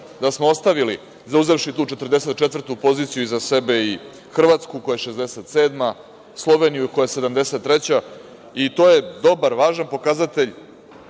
da smo ostavili zauzevši tu 44. poziciju iza sebe i Hrvatsku koja je 67. Sloveniju koja je 73. i to je dobar, važan pokazatelj